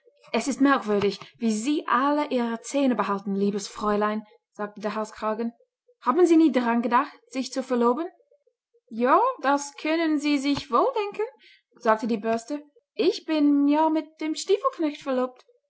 es ist merkwürdig wie sie alle ihre zähne behalten liebes fräulein sagte der halskragen haben sie nie daran gedacht sich zu verloben ja das können sie sich wohl denken sagte die bürste ich bin ja mit dem stiefelknecht verlobt